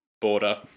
border